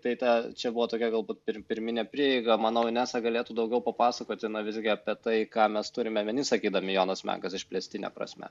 tai ta čia buvo tokia galbūt pir pirminė prieiga manau inesa galėtų daugiau papasakoti na visgi apie tai ką mes turim omeny sakydami jonas mekas išplėstine prasme